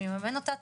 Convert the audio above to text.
מי ממן אותה,